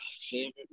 Favorite